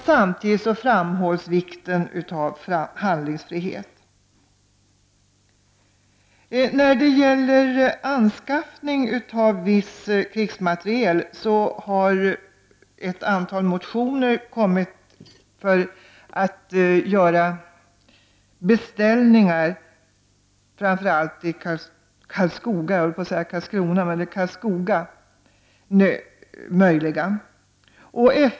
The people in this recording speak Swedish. Samtidigt framhålls vikten av handlingsfrihet. Ett antal motioner har kommit in där man vill göra det möjligt att beställa viss krigsmateriel i framför allt Karlskoga.